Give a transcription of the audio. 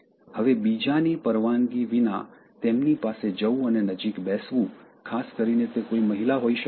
હવે બીજાની પરવાનગી વિના તેમની પાસે જવું અને નજીક બેસવું ખાસ કરીને તે કોઈ મહિલા હોઈ શકે છે